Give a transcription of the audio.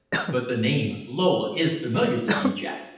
but the name lola is familiar to you, jack!